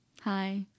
hi